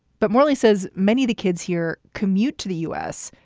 but mallie says many the kids here commute to the u s.